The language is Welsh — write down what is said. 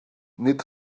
nid